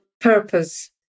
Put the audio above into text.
purpose